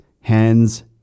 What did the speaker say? hands